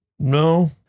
no